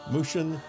Mushin